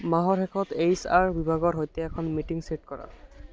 মাহৰ শেষত H R বিভাগৰ সৈতে এখন মিটিং চে'ট কৰা